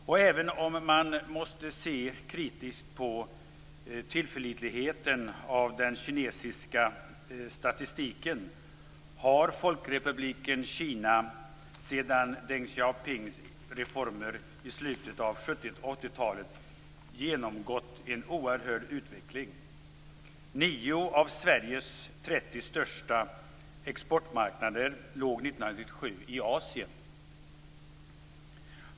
Och även om man måste se kritiskt på tillförlitligheten hos den kinesiska statistiken har Folkrepubliken Kina sedan Deng Xiaopings reformer i slutet av 70 och 80-talen genomgått en oerhörd utveckling. Nio av Sveriges 30 största exportmarknader låg år 1997 i Asien.